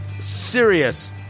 serious